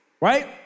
right